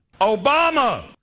obama